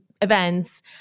events